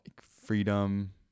freedom